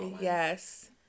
Yes